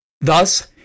Thus